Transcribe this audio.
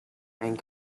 and